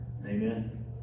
Amen